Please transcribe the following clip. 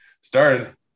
started